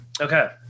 Okay